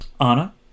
anna